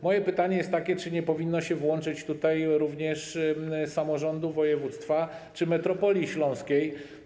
Moje pytanie jest takie: Czy nie powinno się włączyć tutaj również samorządu województwa czy metropolii śląskiej?